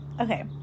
Okay